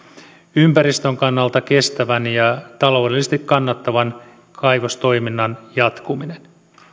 ympäristön kannalta kestävän ja taloudellisesti kannattavan kaivostoiminnan jatkuminen